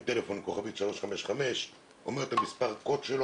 אנחנו מודדים גם את המחוזות והסניפים בעמידה ביעד,